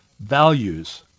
values